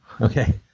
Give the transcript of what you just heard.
okay